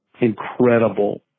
incredible